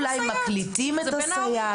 אולי מקליטים את הסייעת.